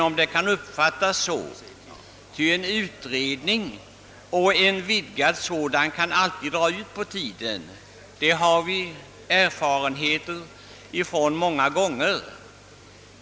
Visserligen kan en utredning eller en vidgning av dess uppgifter medföra att arbetet drar ut på tiden — det har vi alla erfarenhet av.